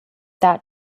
that